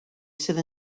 sydd